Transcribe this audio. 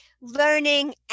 learning